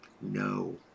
No